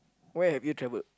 where have you travelled